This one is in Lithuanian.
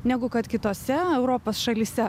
negu kad kitose europos šalyse